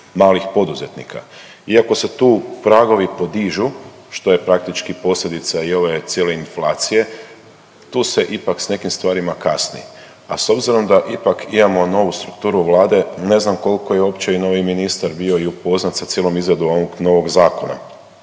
malih poduzetnika. Iako se tu pragovi podižu, što je praktički posljedica i ove cijele inflacije tu se ipak s nekim stvarima kasni. A s obzirom da ipak imamo novu strukturu Vlade ne znam koliko je uopće i novi ministar bio i upoznat sa cijelom izradom ovog novog zakona.